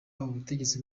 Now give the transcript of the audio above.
n’ubutegetsi